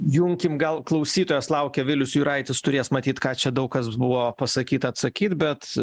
junkim gal klausytojas laukia vilius juraitis turės matyt ką čia daug kas buvo pasakyta atsakyt bet